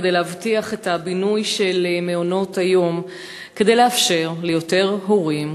כדי להבטיח את הבינוי של מעונות-היום כדי לאפשר ליותר הורים,